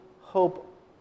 hope